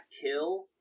kill